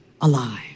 alive